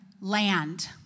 land